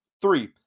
three